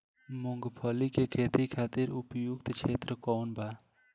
मूँगफली के खेती खातिर उपयुक्त क्षेत्र कौन वा?